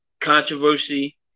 controversy